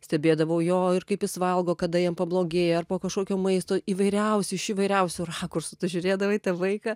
stebėdavau jo ir kaip jis valgo kada jam pablogėja ar po kažkokio maisto įvairiausi iš įvairiausių rakursų tu žiūrėdavai tą vaiką